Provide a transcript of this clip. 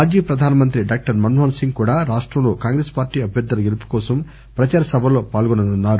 మాజీ ప్రధానమంత్రి డాక్టర్ మన్మోహన్ సింగ్ కూడా రాష్టంలోకాంగ్రెస్ పార్టీ అభ్యర్థుల గెలుపు కోసం ప్రచార సభల్లో పాల్గొననున్నారు